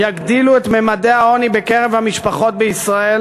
"יגדילו את ממדי העוני בקרב המשפחות בישראל